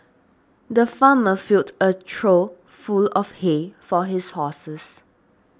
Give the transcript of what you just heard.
the farmer filled a trough full of hay for his horses